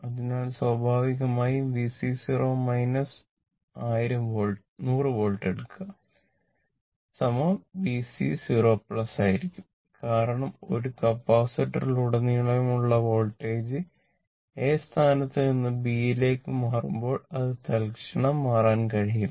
അതിനാൽ സ്വാഭാവികമായും VC 0 100 volt എടുക്കുക VC 0 ആയിരിക്കും കാരണം ഒരു കപ്പാസിറ്ററിലൂടെയുള്ള വോൾട്ടേജ് A സ്ഥാനത്ത് നിന്ന് B ലേക്ക് മാറുമ്പോൾ അത് തൽക്ഷണം മാറാൻ കഴിയില്ല